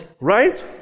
Right